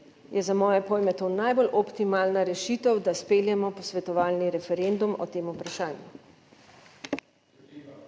je za moje pojme to najbolj optimalna rešitev, da speljemo posvetovalni referendum o tem vprašanju.